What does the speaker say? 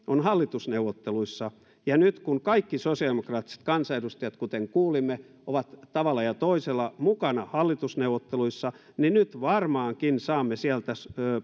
hallitusneuvotteluissa ja kun kaikki sosiaalidemokraattiset kansanedustajat kuten kuulimme ovat tavalla tai toisella mukana hallitusneuvotteluissa saamme varmaankin sieltä